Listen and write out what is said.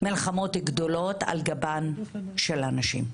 מלחמות גדולות על גבן של הנשים.